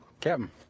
Captain